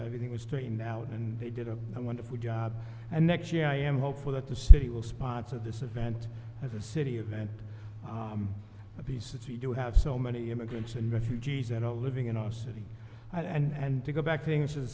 everything was straightened out and they did a wonderful job and next year i am hopeful that the city will spots of this event as a city event of the city to have so many immigrants and refugees that are living in our city i and to go back things as a